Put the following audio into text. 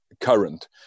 current